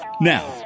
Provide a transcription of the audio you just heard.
Now